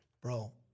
Bro